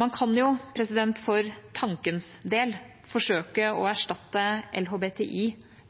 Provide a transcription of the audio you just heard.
Man kan jo, for tankens del, forsøke å erstatte «LHBTI»